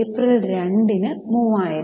April 2 ന് 3000